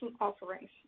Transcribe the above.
offerings